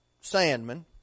Sandman